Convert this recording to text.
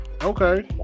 Okay